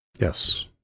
Yes